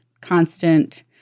constant